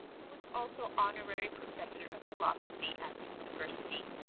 who was also honorary professor of philosophy at the university.